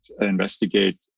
investigate